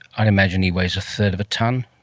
i imagine he weighs a third of a tonne,